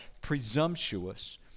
presumptuous